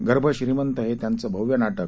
गर्भ श्रीमंत हे त्यांचं भव्य नाटक